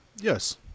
yes